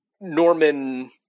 Norman